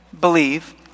believe